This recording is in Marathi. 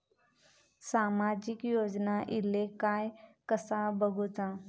सामाजिक योजना इले काय कसा बघुचा?